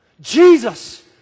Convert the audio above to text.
Jesus